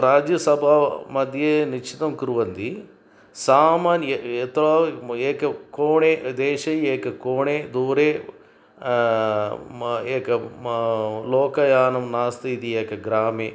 राज्यसभामध्ये निश्चितं कुर्वन्ति सामान्य अथवा म् एक कोणे देशे एक कोणे दूरे म एक मा लोकयानं नास्ति इति एके ग्रामे